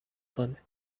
کنه